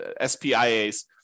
SPIA's